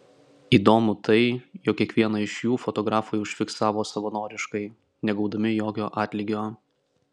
įdomu tai jog kiekvieną iš jų fotografai užfiksavo savanoriškai negaudami jokio atlygio